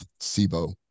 SIBO